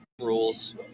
rules